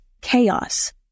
chaos